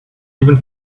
even